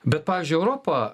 bet pavyzdžiui europa